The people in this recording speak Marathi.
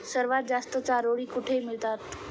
सर्वात जास्त चारोळी कुठे मिळतात?